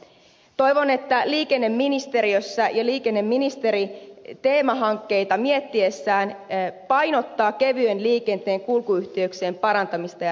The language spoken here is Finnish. toivon että liikenneministeri ministeriöineen teemahankkeita miettiessään painottaa kevyen liikenteen kulkuyhteyksien parantamista ja rakentamista